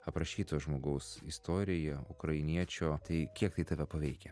aprašyto žmogaus istorija ukrainiečio tai kiek tai tave paveikia